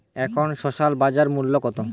এখন শসার বাজার মূল্য কত?